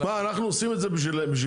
מה, אנחנו עושים את זה בשבילנו?